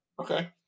Okay